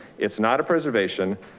it's not a preservation.